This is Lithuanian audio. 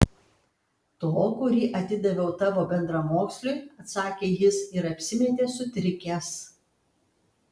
to kurį atidaviau tavo bendramoksliui atsakė jis ir apsimetė sutrikęs